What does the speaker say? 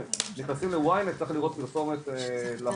שנכנסים ל- YNET צריך להיות פרסומת להורים.